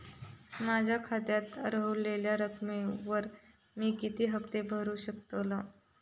माझ्या खात्यात रव्हलेल्या रकमेवर मी किती हफ्ते भरू शकतय?